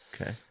Okay